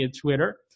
Twitter